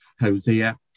Hosea